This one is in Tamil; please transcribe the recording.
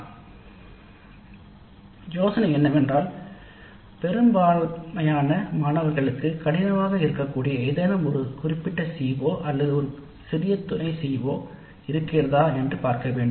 இதன் யோசனை என்னவென்றால் ஏதேனும் ஒரு குறிப்பிட்ட CO அல்லது ஒரு சிறிய துணை CO கள் இருக்கிறதா என்று பார்க்க வேண்டும்